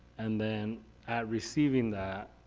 and then at receiving that,